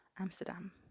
amsterdam